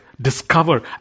discover